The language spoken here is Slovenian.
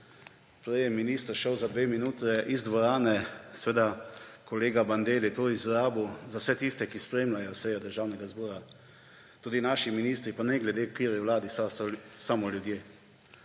Prej je minister šel za dve minuti iz dvorane, seveda kolega Bandelli je to izrabil – za vse tiste, ki spremljajo sejo Državnega zbora. Tudi naši ministri, pa ne glede v kateri vladi so, so samo ljudje.